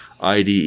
IDE